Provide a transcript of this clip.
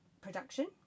production